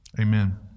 amen